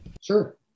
Sure